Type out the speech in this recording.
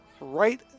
right